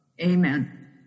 Amen